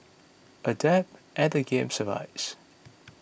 adapt and the game survives